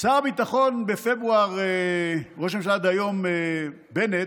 שר הביטחון בפברואר, ראש הממשלה דהיום בנט,